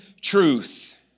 truth